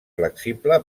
flexible